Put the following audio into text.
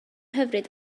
hyfryd